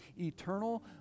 eternal